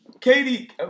Katie